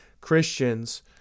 Christians